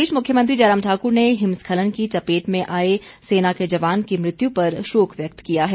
इस बीच मुख्यमंत्री जयराम ठाकुर ने हिमस्खलन की चपेट में आए सेना के जवान की मृत्यु पर शोक व्यक्त किया है